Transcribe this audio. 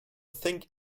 think